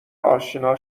آشنا